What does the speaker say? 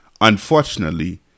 Unfortunately